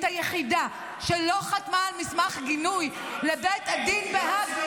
היחידה שלא חתמה על מסמך גינוי לבית הדין בהאג,